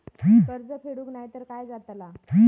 कर्ज फेडूक नाय तर काय जाताला?